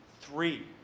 Three